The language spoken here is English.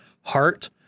heart